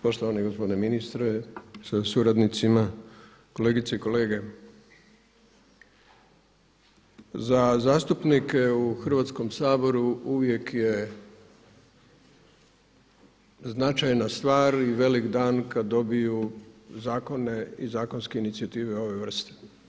Poštovani gospodine ministre sa suradnicima, kolegice i kolege za zastupnike u Hrvatskom saboru uvijek je značajna stvar i velik dan kad dobiju zakone i zakonske inicijative ove vrste.